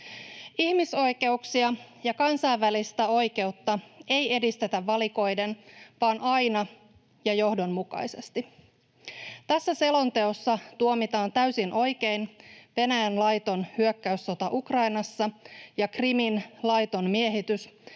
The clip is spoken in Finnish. Ihmisoikeuksia ja kansainvälistä oikeutta ei edistetä valikoiden vaan aina ja johdonmukaisesti. Tässä selonteossa tuomitaan täysin oikein Venäjän laiton hyökkäyssota Ukrainassa ja Krimin laiton miehitys